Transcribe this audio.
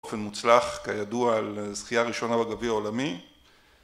באופן מוצלח כידוע על זכייה ראשונה בגביע העולמי